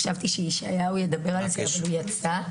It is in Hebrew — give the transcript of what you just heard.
חשבתי שישעיהו ידבר על זה אבל הוא יצא.